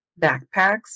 backpacks